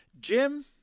Jim